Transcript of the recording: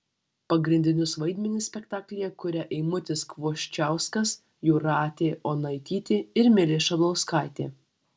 pagrindinius vaidmenis spektaklyje kuria eimutis kvoščiauskas jūratė onaitytė ir milė šablauskaitė